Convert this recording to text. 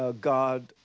God